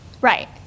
Right